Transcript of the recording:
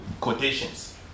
quotations